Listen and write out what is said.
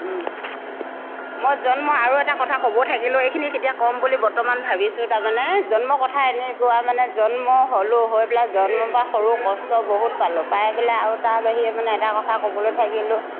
মই জন্ম আৰু এটা কথা ক'ব থাকিলোঁ এইখিনিক এতিয়া ক'ম বুলি বৰ্তমান ভাবিছোঁ তাৰমানে জন্ম কথা এনেকুৱা মানে জন্ম হ'লোঁ হৈ পেলাই জন্মৰ পৰা সৰু কষ্ট বহুত পালোঁ পাই পেলাই আৰু তাৰ বাহিৰে মানে এটা কথা ক'বলৈ থাকিলোঁ